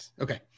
Okay